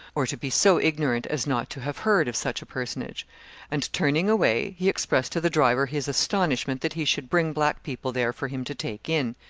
or to be so ignorant as not to have heard of such a personage and turning away, he expressed to the driver his astonishment that he should bring black people there for him to take in.